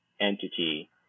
entity